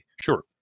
Sure